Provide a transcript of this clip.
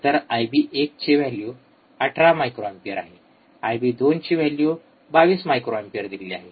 तर आयबी १चे value १८ microampere आहे आणि आयबी २चे व्हॅल्यू 22 मायक्रो एंपियर दिलेले आहे